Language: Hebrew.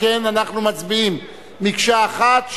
שכן אנחנו מצביעים מקשה אחת,